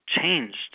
changed